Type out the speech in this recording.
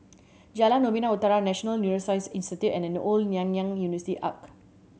Jalan Novena Utara National Neuroscience Institute and The Old Nanyang University Arch